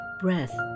breath